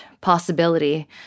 possibility